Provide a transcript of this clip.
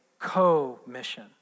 Co-mission